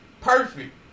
perfect